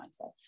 mindset